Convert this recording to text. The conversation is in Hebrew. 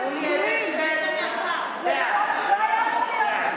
זו אחת הדוגמאות.